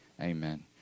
Amen